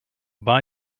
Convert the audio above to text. buy